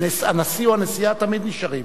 הנשיא או הנשיאה תמיד נשארים.